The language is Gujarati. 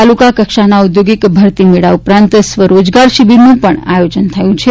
તાલુકા કક્ષાના ઔદ્યોગિક ભરતી મેળા ઉપરાંત સ્વરોજગાર શિબિરનું પણ આયોજન થયું છે